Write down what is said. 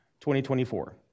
2024